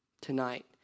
tonight